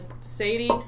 Sadie